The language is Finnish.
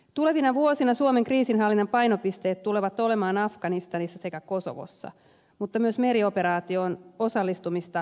tulevina vuosina suomen kriisinhallinnan painopisteet tulevat olemaan afganistanissa sekä kosovossa mutta myös merioperaatioon osallistumista somaliassa harkitaan